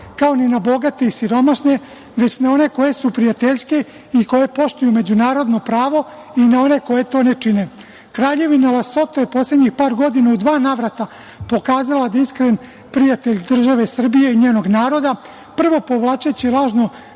čine. Kraljevina Lesoto je poslednjih par godina u dva navrata pokazala da je iskren prijatelj države Srbije, njenog naroda prvo povlačeći